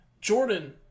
Jordan